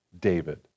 David